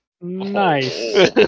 Nice